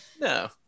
No